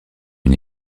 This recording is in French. une